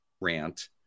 rant